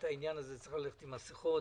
צריך ללכת עם מסכות,